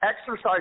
exercise